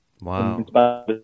Wow